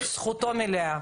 זכותו המלאה.